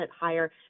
higher